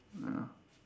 ya